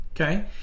okay